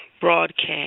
broadcast